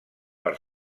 per